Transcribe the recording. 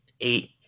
eight